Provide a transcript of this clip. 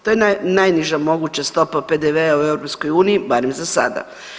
To je najniža moguća stopa PDV-a u EU barem za sada.